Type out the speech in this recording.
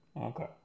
Okay